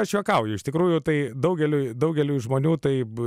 aš juokauju iš tikrųjų tai daugeliui daugeliui žmonių taip